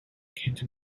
canton